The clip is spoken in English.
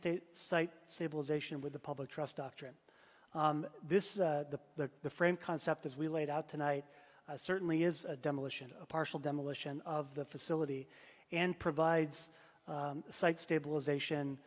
state site civilization with the public trust doctrine this is the the frame concept as we laid out tonight certainly is a demolition a partial demolition of the facility and provides the site stabilization